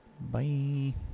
Bye